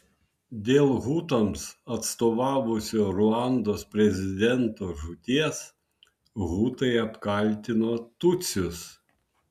dėl hutams atstovavusio ruandos prezidento žūties hutai apkaltino tutsius